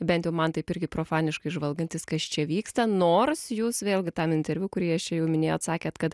bent jau man taip irgi profaniškai žvalgantis kas čia vyksta nors jūs vėlgi tam interviu kurį aš čia jau minėjau sakėt kad